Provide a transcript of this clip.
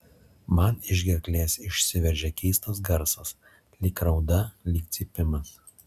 man iš gerklės išsiveržia keistas garsas lyg rauda lyg cypimas